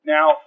Now